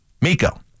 Miko